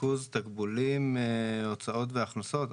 ריכוז תקבולים, הוצאות והכנסות?